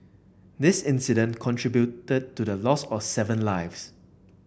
this incident contributed to the loss of seven lives